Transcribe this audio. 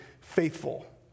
faithful